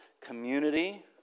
community